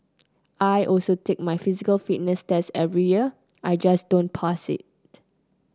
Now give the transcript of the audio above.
I also take my physical fitness test every year I just don't pass it